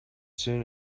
soon